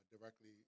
directly